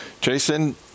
Jason